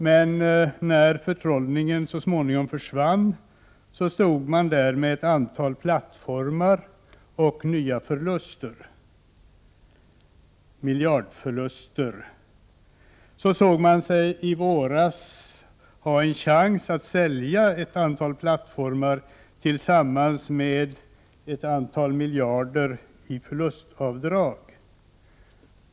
Men när förtrollningen så småningom försvann, stod man där med ett antal plattformar och nya förluster — miljardförluster. Så såg man sig i våras ha en chans att sälja ett antal plattformar och kunna få ett antal miljarder i förlustavdrag.